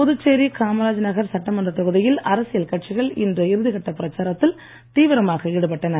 புதுச்சேரி காமராஜ் நகர் சட்டமன்றத் தொகுதியில் அரசியல் கட்சிகள் இன்று இறுதிக்கட்ட பிரச்சாரத்தில் தீவிரமாக ஈடுபட்டன